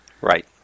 Right